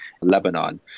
Lebanon